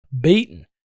beaten